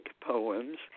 poems